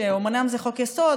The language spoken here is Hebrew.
שאומנם זה חוק-יסוד,